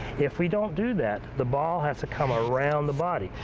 if we don't do that, the ball has to come around the body.